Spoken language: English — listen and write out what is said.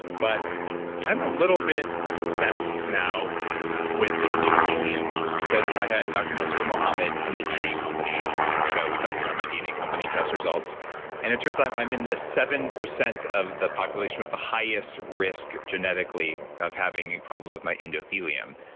but i'm a little bit obsessed now with the endothelium, because i had dr. mansoor mohammed from the dna company on the show. we talked about my dna company test results and it turns out i'm in the seven percent of the population with the highest risk genetically of having problems with my endothelium.